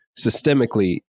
systemically